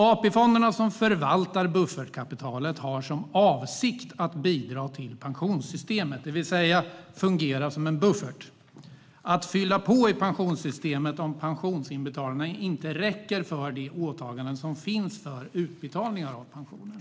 AP-fonderna som förvaltar buffertkapitalet har som avsikt att bidra till pensionssystemet, det vill säga fungera som en buffert och fylla på i pensionssystemet om pensionsinbetalningarna inte räcker för de åtaganden som finns för utbetalningar av pensioner.